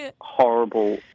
horrible